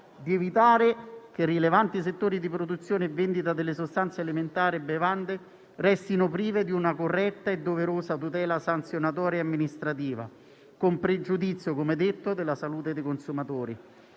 di evitare che rilevanti settori di produzione e vendita delle sostanze alimentari e bevande restino prive di una corretta e doverosa tutela sanzionatoria e amministrativa con pregiudizio, come detto, della salute dei consumatori,